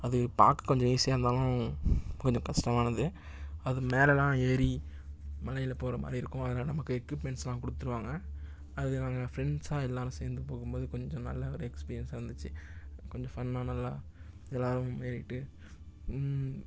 அது பார்க்க கொஞ்சம் ஈஸியாக இருந்தாலும் கொஞ்சம் கஷ்டமானது அது மேலேலாம் ஏறி மலையில் போகற மாதிரி இருக்கும் அதில் நமக்கு எக்யூப்மெண்ட்ஸ் எல்லாம் கொடுத்துருவாங்க அது நாங்கள் ஃப்ரெண்ட்ஸாக எல்லாரும் சேர்ந்து போகும்போது கொஞ்சம் நல்ல ஒரு எக்ஸ்பீரியன்ஸாக இருந்துச்சு கொஞ்சம் ஃபன்னாக நல்லா எல்லாரும் ஏறியிட்டு